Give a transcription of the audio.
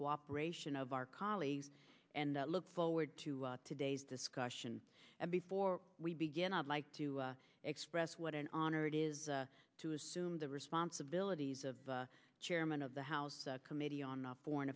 cooperation of our colleagues and i look forward to today's discussion and before we begin i'd like to express what an honor it is to assume the responsibilities of chairman of the house committee on foreign